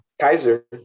Kaiser